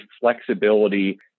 flexibility